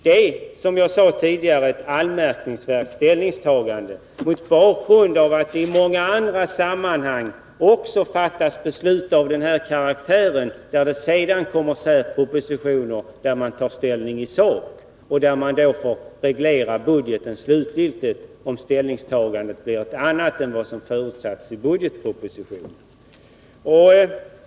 Det är, som jag sade tidigare, ett anmärkningsvärt påstående mot bakgrund av att det i många andra sammanhang också fattas beslut av den här karaktären och att det sedan kommer särpropositioner där man tar ställning i sak och där man får reglera budgeten slutgiltigt, om ställningstagandet blir ett annat än vad som förutsatts i budgetpropositionen.